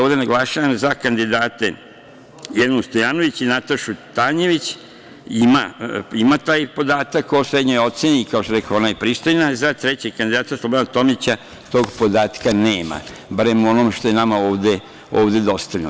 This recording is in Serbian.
Ovde naglašavam, za kandidate Jelenu Stojanović i Natašu Tanjević ima taj podatak o srednjoj oceni, kao što rekoh, ona je pristojna, a za trećeg kandidata Slobodana Tomića tog podatka nema, barem u onome što je nama ovde dostavljeno.